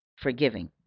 forgiving